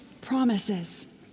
promises